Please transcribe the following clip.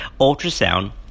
Ultrasound